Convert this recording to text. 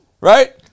right